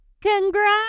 Congrats